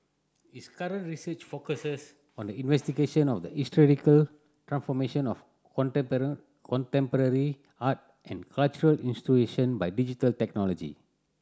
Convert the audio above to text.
his current research focuses on the investigation of the historical transformation of contemporary art and cultural by digital technology